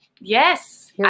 Yes